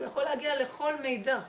הוא יכול להגיע לכל מידע,